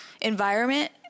environment